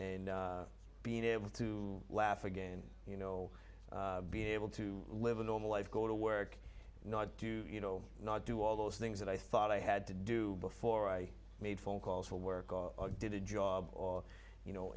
and being able to laugh again you know be able to live a normal life go to work not to you know not do all those things that i thought i had to do before i made phone calls for work or did a job or you know